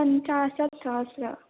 पञ्चाशत्सहस्त्रम्